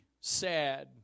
sad